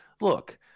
look